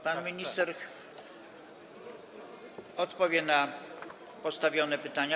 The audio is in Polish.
Pan minister odpowie na postawione pytania.